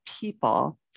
people